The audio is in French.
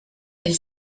elle